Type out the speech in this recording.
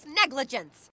negligence